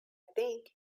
think